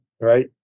Right